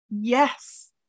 Yes